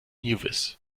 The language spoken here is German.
nevis